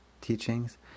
teachings